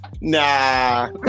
Nah